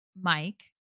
Mike